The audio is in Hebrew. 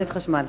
כמעט התחשמלתי.